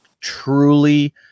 truly